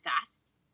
fast